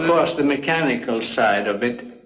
was the mechanical side of it,